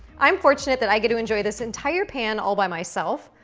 i'm fortunate that i get to enjoy this entire pan all by myself.